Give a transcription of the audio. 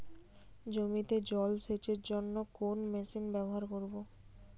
জমিতে জল সেচের জন্য কোন মেশিন ব্যবহার করব?